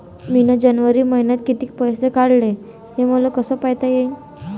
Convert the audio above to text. मिन जनवरी मईन्यात कितीक पैसे काढले, हे मले कस पायता येईन?